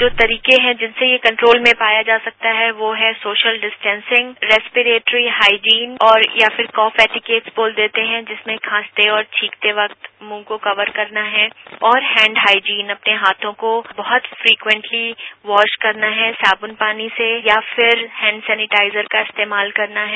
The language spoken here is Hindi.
जो तरीके हैं जिससे ये कंट्रोल में पाया जा सकता है वो हैं सोशल डिस्टेशिंग रेस्प्रेटरी हाइजीन और या फिर कफ एटीकेट बोल देते हैं जिसमें खांसते और छींकते क्त मुंह को कवर करना है और हैंड हाइजीन अपने हाथों को बहुत फ्रिक्चेंटली वॉश करना है साबून पानी से या फिर हैंड सेनेटाइजर का इस्तेमाल करना है